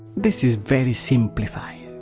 this is very simplified.